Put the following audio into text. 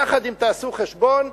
יחד, אם תעשו חשבון,